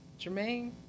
Jermaine